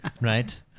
Right